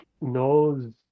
knows